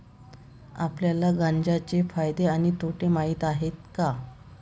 आपल्याला गांजा चे फायदे आणि तोटे माहित आहेत का?